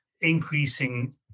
increasing